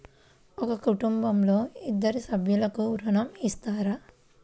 ఒక కుటుంబంలో ఇద్దరు సభ్యులకు ఋణం ఇస్తారా?